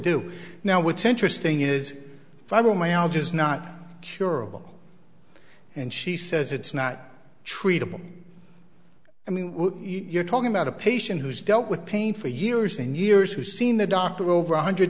do now what's interesting is fibromyalgia is not curable and she says it's not treatable i mean you're talking about a patient who's dealt with pain for years and years who seen the doctor over a hundred